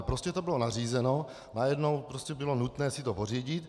Prostě to bylo nařízeno, najednou bylo nutné si to pořídit.